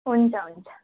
हुन्छ हुन्छ